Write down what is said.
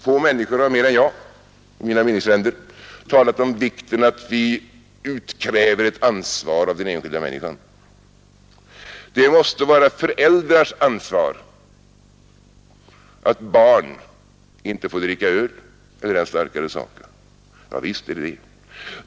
Få människor har mer än jag och mina meningsfränder talat om vikten av att vi utkräver ett ansvar av den enskilda människan. Det måste vara föräldrars ansvar att barn inte får dricka öl eller än starkare saker. Ja, visst är det det.